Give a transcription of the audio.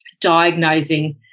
diagnosing